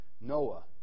Noah